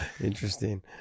Interesting